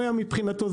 מבחינתו,